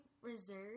reserved